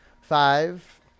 Five